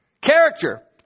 character